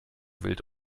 wild